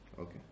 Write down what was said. Okay